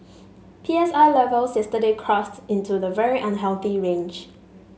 P S I levels yesterday crossed into the very unhealthy range